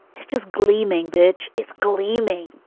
it's just gleaming, bitch. it's gleaming.